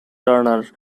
turner